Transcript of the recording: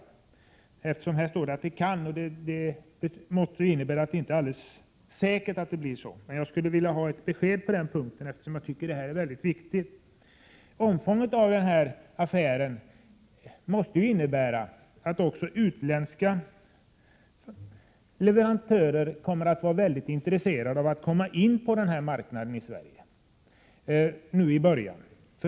I svaret står att frågan kan underställas regeringens prövning, och det måste ju innebära att det inte är alldeles säkert. Jag skulle vilja ha ett besked på den punkten, eftersom jag anser att detta är mycket viktigt. Omfattningen av denna affär måste innebära att också utländska leverantörer kommer att vara intresserade av att komma in på denna marknad i Sverige nu i början.